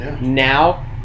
Now